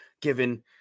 given